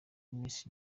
miss